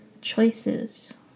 choices